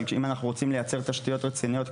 אבל אם אנחנו רוצים לייצר תשתיות רציניות,